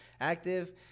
active